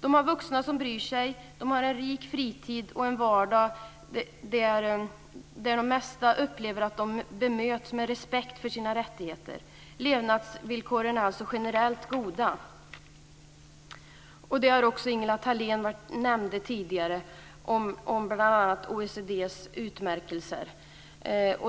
De har vuxna som bryr sig, de har en rik fritid och vardag där de för det mesta upplever att de bemöts med respekt för sina rättigheter. Levnadsvillkoren är generellt goda. Ingela Thalén nämnde tidigare bl.a. utmärkelserna